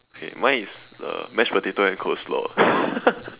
okay mine is the mashed potato and coleslaw